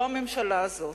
לא הממשלה הזאת.